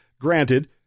granted